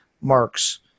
marks